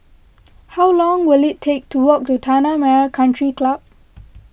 how long will it take to walk to Tanah Merah Country Club